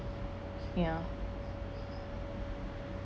ya